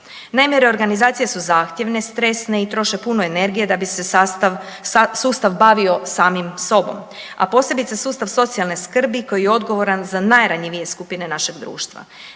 Naime, reorganizacije su zahtjevne, stresne i troše puno energije da bi se sustav bavio samim sobom, a posebice sustav socijalne skrbi koji je odgovoran za najranjivije skupine našeg društva.